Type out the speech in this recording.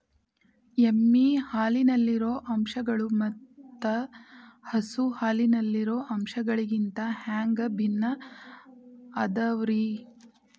ಎಮ್ಮೆ ಹಾಲಿನಲ್ಲಿರೋ ಅಂಶಗಳು ಮತ್ತ ಹಸು ಹಾಲಿನಲ್ಲಿರೋ ಅಂಶಗಳಿಗಿಂತ ಹ್ಯಾಂಗ ಭಿನ್ನ ಅದಾವ್ರಿ?